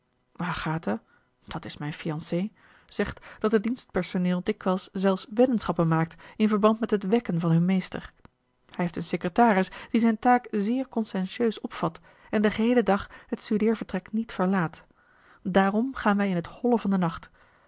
slaapt agatha dat is mijn fiancée zegt dat het dienstpersoneel dikwijls zelfs weddenschappen maakt in verband met het wekken van hun meester hij heeft een secretaris die zijn taak zeer conscientieus opvat en den geheelen dag het studeervertrek niet verlaat daarom gaan wij in het holle van den nacht